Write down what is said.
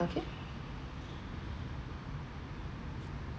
okay